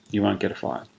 you won't get a fire.